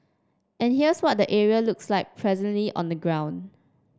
and here's what the area looks like presently on the ground